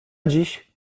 dziś